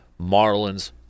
Marlins